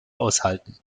aushalten